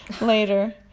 later